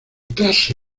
clase